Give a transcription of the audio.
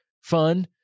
fun